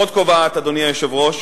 עוד קובעת, אדוני היושב-ראש,